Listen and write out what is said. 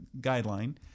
guideline